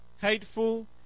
hateful